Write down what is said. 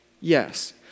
Yes